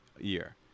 year